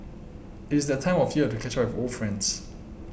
it is that time of year to catch up with old friends